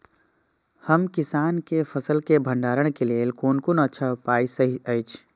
हम किसानके फसल के भंडारण के लेल कोन कोन अच्छा उपाय सहि अछि?